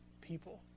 people